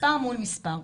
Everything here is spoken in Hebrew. מספר מול מספר.